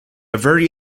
very